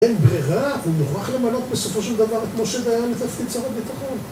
אין ברירה, והוא מוכרח למנות בסופו של דבר את משה דיין לתפקיד שר הביטחון